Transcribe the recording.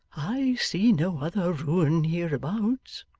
i see no other ruin hereabouts